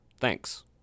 Thanks